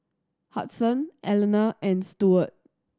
Hudson Alana and Stuart